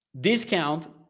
Discount